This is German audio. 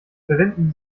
verwenden